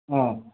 ம்